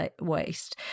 waste